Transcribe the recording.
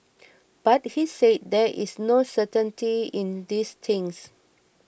but he said there is no certainty in these things